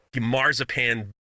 marzipan